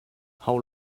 how